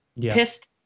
pissed